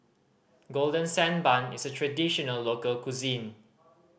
Golden Sand Bun is a traditional local cuisine